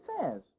says